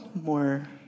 more